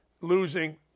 losing